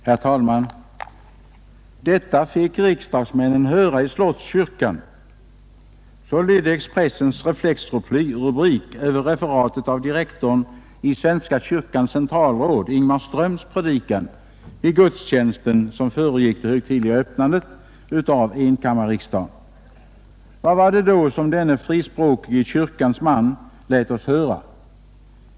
Herr talman! ”Detta fick riksdagsmännen höra i Slottskyrkan” — så lydde Expressens reflexrubrik över referatet av direktorns i Svenska kyrkans centralråd Ingmar Ströms predikan vid gudstjänsten som föregick det högtidliga öppnandet av enkammarriksdagen. Vad var det då som denne frispråkige kyrkans man lät oss höra?